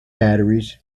batteries